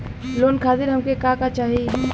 Loan खातीर हमके का का चाही?